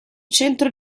centro